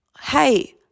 hey